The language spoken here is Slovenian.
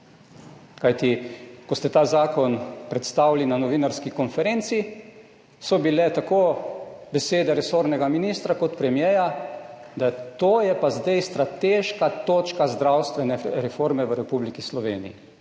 Kajti ko ste ta zakon predstavili na novinarski konferenci, so bile tako besede resornega ministra kot premierja, da to je pa zdaj strateška točka zdravstvene reforme v Republiki Sloveniji.